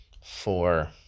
four